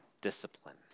discipline